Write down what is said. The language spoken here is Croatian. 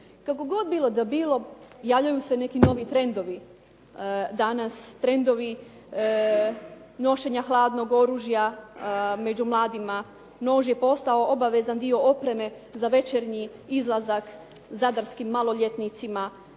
Kako god bilo da bilo, javljaju se neki novi trendovi, danas trendovi nošenja hladnog oružja među mladima. Nož je postao obavezan dio opreme za večernji izlazak zadarskim maloljetnicima.